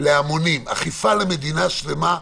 על מדינה שלמה,